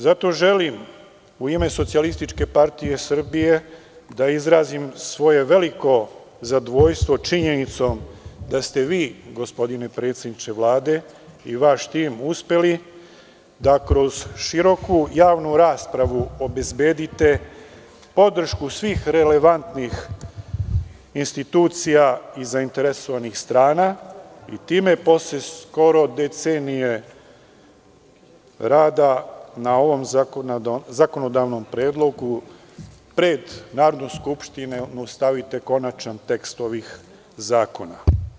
Zato želim u ime SPS da izrazim svoje veliko zadovoljstvo činjenicom da ste vi, gospodine predsedniče Vlade, i vaš tim uspeli da kroz široku javnu raspravu obezbedite podršku svih relevantnih institucija i zainteresovanih strana i time posle skoro decenije rada na ovom zakonodavnom predlogu pred Narodnu skupštinu stavite konačan tekst ovih zakona.